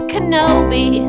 Kenobi